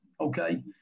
okay